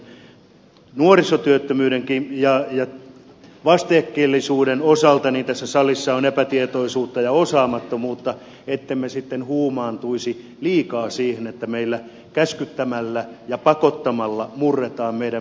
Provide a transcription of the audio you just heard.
selkeästi tämän nuorisotyöttömyydenkin ja vastikkeellisuuden osalta tässä salissa on epätietoisuutta ja osaamattomuutta ettemme sitten huumaantuisi liikaa siihen että meillä käskyttämällä ja pakottamalla murretaan meidän perusjärjestelmä